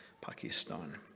Pakistan